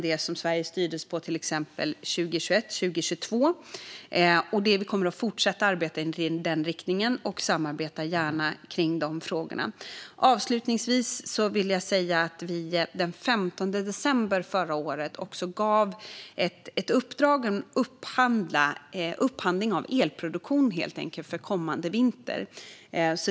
Den är högre än till exempel det Sverige styrdes på 2021/2022. Vi kommer att fortsätta arbeta i den riktningen, och vi samarbetar gärna om de frågorna. Avslutningsvis vill jag säga att vi den 15 december förra året gav ett uppdrag om upphandling av elproduktion för kommande vinter.